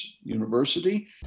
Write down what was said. University